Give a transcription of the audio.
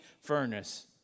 furnace